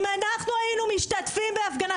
אם אנחנו היינו משתתפים בהפגנה,